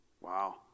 Wow